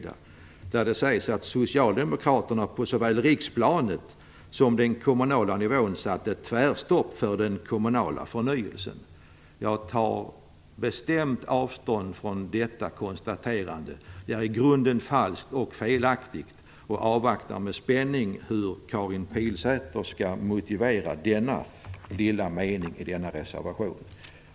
Där sägs: "att Socialdemokraterna på såväl riksplanet som den kommunala nivån satt ett tvärstopp för den kommunala förnyelsen." Jag tar bestämt avstånd från detta konstaterande. Det är i grunden falskt och felaktigt. Jag avvaktar med spänning hur Karin Pilsäter skall motivera denna lilla mening i reservationen. Fru talman!